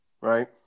right